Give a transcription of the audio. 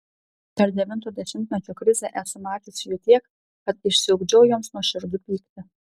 per devinto dešimtmečio krizę esu mačiusi jų tiek kad išsiugdžiau joms nuoširdų pyktį